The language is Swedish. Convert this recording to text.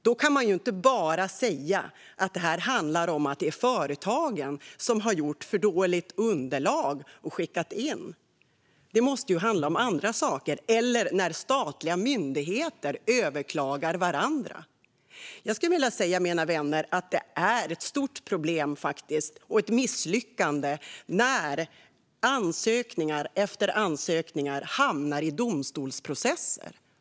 Då kan man inte bara säga att det handlar om att företagen har gjort för dåliga underlag och skickat in. Det måste handla om andra saker. Eller ta detta med att statliga myndigheter överklagar varandra. Jag skulle vilja säga, mina vänner, att det är ett stort problem och ett misslyckande när ansökning efter ansökning hamnar i domstolsprocesser.